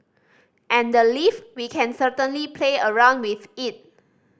and the leave we can certainly play around with it